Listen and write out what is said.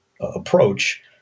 approach